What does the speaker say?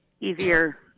easier